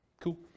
cool